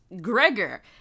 Gregor